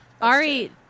Ari